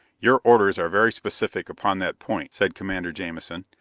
your orders are very specific upon that point, said commander jamison.